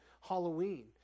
Halloween